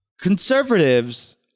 Conservatives